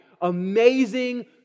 amazing